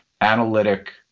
analytic